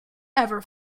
ever